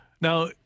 Now